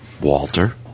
Walter